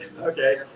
Okay